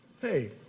Hey